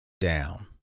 down